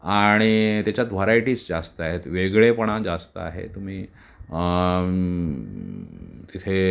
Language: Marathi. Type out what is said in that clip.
आणि त्याच्यात व्हरायटीज जास्त आहेत वेगळेपणा जास्त आहे तुम्ही तिथे